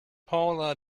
paula